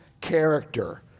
character